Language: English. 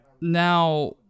Now